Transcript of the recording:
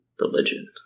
religion